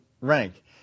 rank